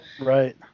right